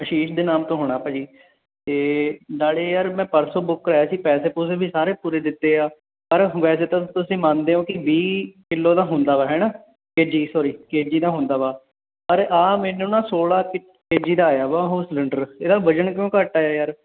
ਅਸ਼ੀਸ਼ ਦੇ ਨਾਮ ਤੋਂ ਹੋਣਾ ਭਾਅ ਜੀ ਅਤੇ ਨਾਲੇ ਯਾਰ ਮੈਂ ਪਰਸੋਂ ਬੁੱਕ ਕਰਵਾਇਆ ਸੀ ਪੈਸੇ ਪੂਸੇ ਵੀ ਸਾਰੇ ਪੂਰੇ ਦਿੱਤੇ ਆ ਪਰ ਵੈਸੇ ਤਾਂ ਤੁਸੀਂ ਮੰਨਦੇ ਹੋ ਕਿ ਵੀਹ ਕਿਲੋ ਦਾ ਹੁੰਦਾ ਵਾ ਹੈ ਨਾ ਕੇਜੀ ਸੋਰੀ ਕੇਜੀ ਦਾ ਹੁੰਦਾ ਵਾ ਪਰ ਆ ਮੈਨੂੰ ਨਾ ਸੋਲਾਂ ਕ ਕੇਜੀ ਦਾ ਆਇਆ ਵਾ ਉਹ ਸਲੰਡਰ ਇਹਦਾ ਵਜ਼ਨ ਕਿਉਂ ਘੱਟ ਆ ਯਾਰ